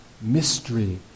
mystery